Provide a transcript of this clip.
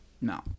No